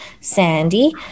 Sandy